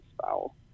foul